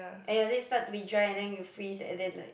and your lip start to be dry and then you freeze and then like